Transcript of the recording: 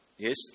Yes